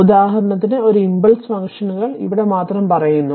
ഉദാഹരണത്തിന് ഒരു ഇംപൾസ് ഫംഗ്ഷനുകൾ ഇവിടെ മാത്രം പറയുന്നു